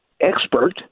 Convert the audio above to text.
expert